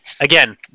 again